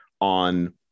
on